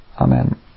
Amen